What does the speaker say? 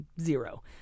zero